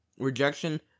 rejection